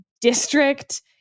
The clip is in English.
district